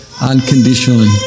unconditionally